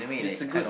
is a good